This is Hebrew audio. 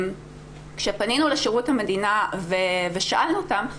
כשפנינו לשירות המדינה ושאלנו אותם,